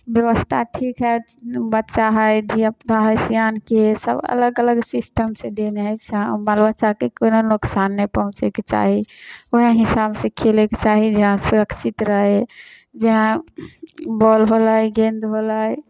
व्यवस्था ठीक हइ बच्चा हइ धियापुता हइ सियानके हइ सभ अलग अलग सिस्टमसँ देने हइ स्य बाल बच्चाकेँ कोनो नोकसान नहि पहुँचैके चाही उएह हिसाबसँ खेलैके चाही जहाँ सुरक्षित रहै जेना बॉल होलै गेन्द होलै